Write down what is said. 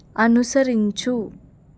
అనుసరించు